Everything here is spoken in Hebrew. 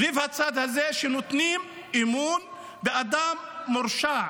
סביב הצד הזה, נותנים אמון באדם מורשע